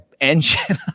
engine